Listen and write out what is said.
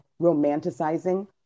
romanticizing